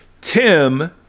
Tim